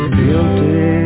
guilty